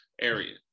area